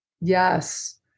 Yes